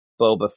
Boba